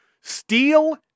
Steal